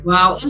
Wow